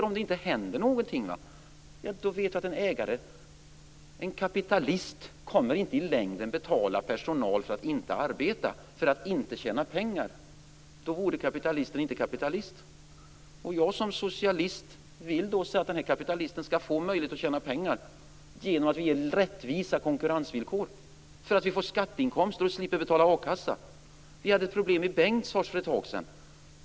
Om det inte händer någonting, vet vi att en kapitalist i längden inte kommer att betala personal för att inte arbeta och tjäna pengar. Då vore kapitalisten inte kapitalist. Jag som socialist vill att den här kapitalisten skall få möjlighet att tjäna pengar genom att vi ger rättvisa konkurrensvillkor för att vi skall få skatteinkomster och slippa betala a-kassa. Vi hade ett problem i Bengtsfors för ett tag sedan.